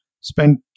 spent